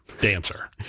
dancer